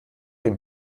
dem